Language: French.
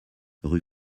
rue